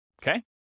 okay